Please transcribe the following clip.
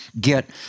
get